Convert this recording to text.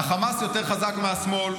"החמאס יותר חזק מהשמאל.